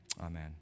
Amen